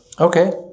Okay